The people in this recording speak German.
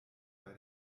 bei